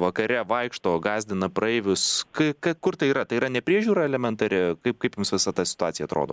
vakare vaikšto gąsdina praeivius k k kur tai yra tai yra nepriežiūra elementari kaip kaip jums visa ta situacija atrodo